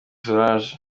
solange